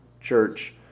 church